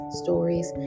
stories